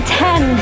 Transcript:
ten